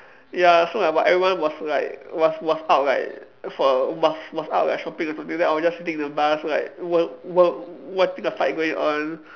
ya so like everyone was like was was out like for was was out like shopping or something then I was just sitting in the bus like wa~ wa~ watching a fight going on